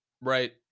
Right